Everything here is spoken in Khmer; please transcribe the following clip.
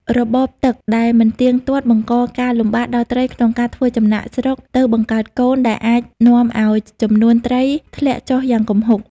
របបទឹកដែលមិនទៀងទាត់បង្កការលំបាកដល់ត្រីក្នុងការធ្វើចំណាកស្រុកទៅបង្កើតកូន ដែលអាចនាំឱ្យចំនួនត្រីធ្លាក់ចុះយ៉ាងគំហុក។